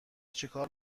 چیکار